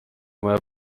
vaja